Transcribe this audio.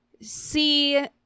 see